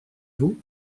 vous